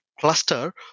Cluster